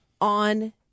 on